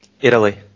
Italy